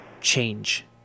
change